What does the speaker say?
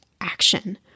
action